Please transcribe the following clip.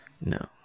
No